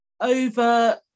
over